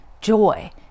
joy